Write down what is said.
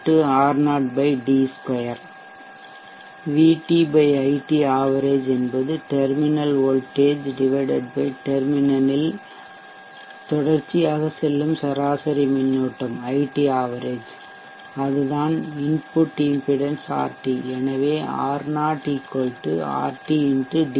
VT IT average என்பது terminal voltage டெர்மினலில் தொடர்சியாக செல்லும் சராசரி மின்னோட்டம் அதுதான் இன்புட் இம்பிடென்ஸ் RT எனவே Ro Rt